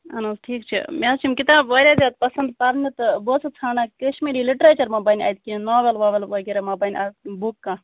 اہن حظ ٹھیٖک چھِ مےٚ چھِ یِم کِتاب واریاہ زیادٕ پَسَنٛد پَرنہٕ تہٕ بہٕ ٲسٕس ژھانٛڈان کیشمیٖری لِٹریچَر مَہ بَنہِ اَتہِ کیٚنٛہہ ناوَل واوَل وغیرہ مَہ بَنہِ اَ بُک کانٛہہ